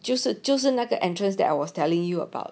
就是就是那个 entrance that I was telling you about